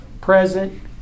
present